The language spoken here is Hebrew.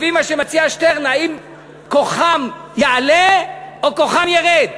לפי מה שמציע שטרן, האם כוחם יעלה או כוחם ירד,